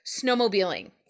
snowmobiling